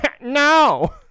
No